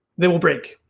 they will break.